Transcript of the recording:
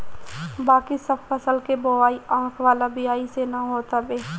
बाकी सब फसल के बोआई आँख वाला बिया से ना होत हवे